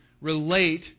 relate